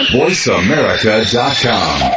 voiceamerica.com